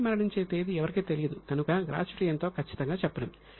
వ్యక్తి మరణించే తేదీ ఎవరికీ తెలియదు కనుక గ్రాట్యుటీ ఎంతో ఖచ్చితంగా చెప్పలేం